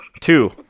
Two